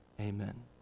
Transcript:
Amen